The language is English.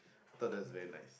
thought that was very nice